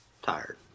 tired